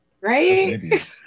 right